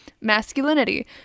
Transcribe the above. masculinity